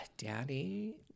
Daddy